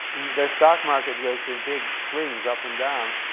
their stock market goes through big swings, up and down.